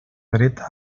dreta